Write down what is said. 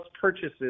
purchases